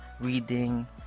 reading